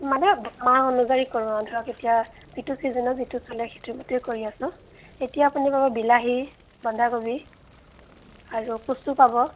মানে মাহ অনুযায়ী কৰোঁ ধৰক এতিয়া যিটো চিজনত যিটো চলে সেইটো মতেই কৰি আছোঁ এতিয়া আপুনি পাব বিলাহী বন্ধাকবি আৰু কচু পাব